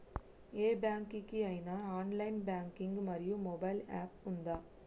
ఏ bank కి ఐనా online banking మరియు మొబైల్ యాప్ ఉందా?